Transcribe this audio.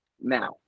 now